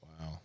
Wow